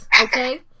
Okay